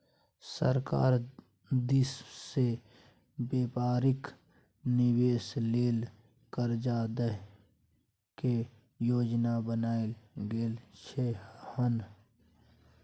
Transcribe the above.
सरकार दिश से व्यापारिक निवेश लेल कर्जा दइ के योजना बनाएल गेलइ हन